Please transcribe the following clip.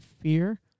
fear